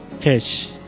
catch